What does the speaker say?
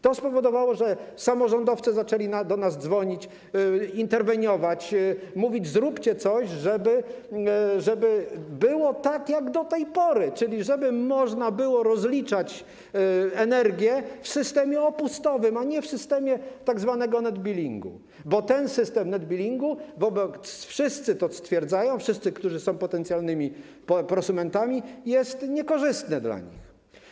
To spowodowało, że samorządowcy zaczęli do nas dzwonić, interweniować, mówić: zróbcie coś, żeby było tak jak do tej pory, czyli żeby można było rozliczać energię w systemie opustowym, a nie w systemie tzw. net-billingu, bo ten system net-billingu, co wszyscy stwierdzają, wszyscy, którzy są potencjalnymi prosumentami, jest niekorzystny dla nich.